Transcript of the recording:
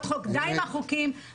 די עם החוקים,